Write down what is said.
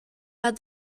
had